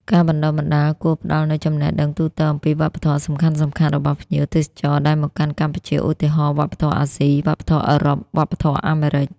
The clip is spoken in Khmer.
ការបណ្តុះបណ្តាលគួរផ្តល់នូវចំណេះដឹងទូទៅអំពីវប្បធម៌សំខាន់ៗរបស់ភ្ញៀវទេសចរដែលមកកាន់កម្ពុជា ឧទាហរណ៍ វប្បធម៌អាស៊ី វប្បធម៌អឺរ៉ុប វប្បធម៌អាមេរិក។